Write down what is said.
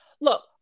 Look